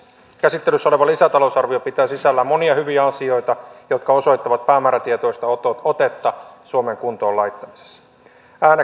käsittelyssä oleva lisätalousarvio pitää sisällään monia hyviä asioita jotka osoittavat päämäärätietoista otetta suomen kuntoon laittamisessa